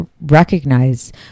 recognize